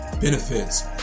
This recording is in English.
benefits